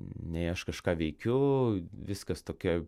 nei aš kažką veikiu viskas tokia